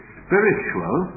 spiritual